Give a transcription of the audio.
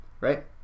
right